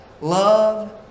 love